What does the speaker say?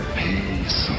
peace